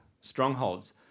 strongholds